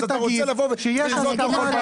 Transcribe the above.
אם משרד הבריאות יבוא ויגיד שיש הסכמה -- אז אתה